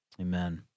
Amen